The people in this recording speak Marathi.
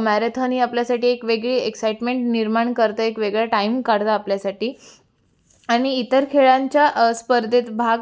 मॅरेथॉन ही आपल्यासाठी एक वेगळी एक्साईटमेंट निर्माण करते एक वेगळं टाईम काढतं आपल्यासाठी आणि इतर खेळांच्या स्पर्धेत भाग